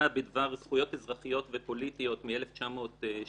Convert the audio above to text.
בדבר זכויות אזרחיות ופוליטיות מ-1966,